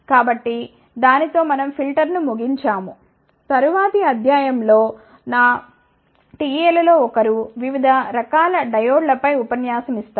కాబట్టి దానితో మనం ఫిల్టర్లను ముగించాము తరువాతి అధ్యాయం లో నా TA లలో ఒకరు వివిధ రకాల డయోడ్లపై ఉపన్యాసం ఇస్తారు